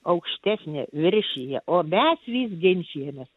aukštesnė viršija o mes vis ginčijamės